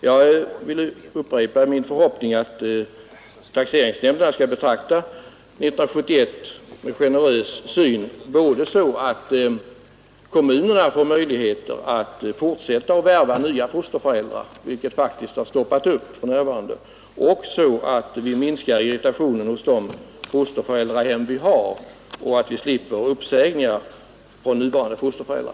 Jag vill upprepa min förhoppning att taxeringsnämnderna skall behandla problemet för 1971 generöst, så att kommunerna får möjligheter att fortsätta att värva nya fosterföräldrar — den verksamheten har faktiskt stoppats upp för närvarande — och så att vi minskar irritationen i de fosterföräldrahem vi har och slipper uppsägningar från nuvarande fosterföräldrar.